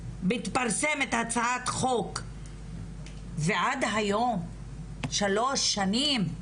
2018 מתפרסמת הצעת חוק ועד היום שלוש שנים...